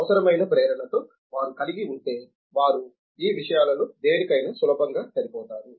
అవసరమైన ప్రేరణతో వారు కలిగి ఉంటే వారు ఈ విషయాలలో దేనికైనా సులభంగా సరిపోతారు